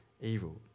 evil